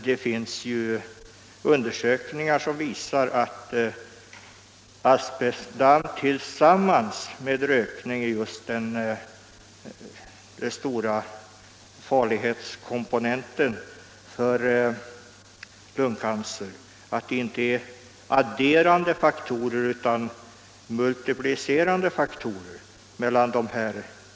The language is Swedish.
Det finns ju undersökningar som visar att asbestdamm tillsammans med tobaksrökning är den farliga komponenten när det gäller uppkomst av lungcancer. Tobaksrökning och inandning av asbesthaltigt damm utgör inte adderande faktorer utan multiplicerande faktorer i detta avseende.